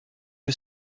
que